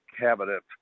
cabinet